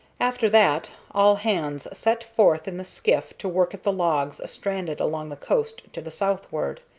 after that all hands set forth in the skiff to work at the logs stranded along the coast to the southward.